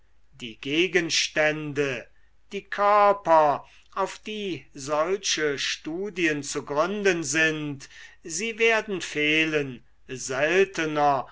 die gegenstände die körper auf die solche studien zu gründen sind sie werden fehlen seltener